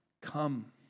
come